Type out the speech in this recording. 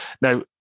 Now